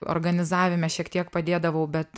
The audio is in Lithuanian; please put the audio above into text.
organizavime šiek tiek padėdavau bet